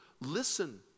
Listen